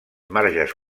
marges